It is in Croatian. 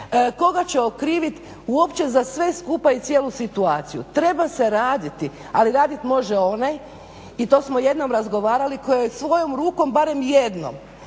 koga će okriviti uopće za sve skupa i cijelu situaciju. Treba se raditi. Ali raditi može onaj i to smo jednom razgovarali tko je svojom rukom barem jednom,